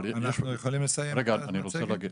רגע, אבל --- אנחנו יכולים לסיים את המצגת?